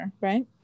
right